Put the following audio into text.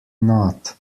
not